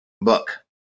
book